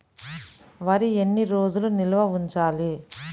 వరి ఎన్ని రోజులు నిల్వ ఉంచాలి?